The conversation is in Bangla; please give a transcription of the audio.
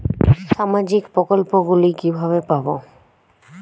সামাজিক প্রকল্প গুলি কিভাবে পাব?